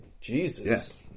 Jesus